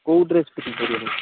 କେଉଁ dress fitting କରିବ ଭାଇ